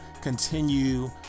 continue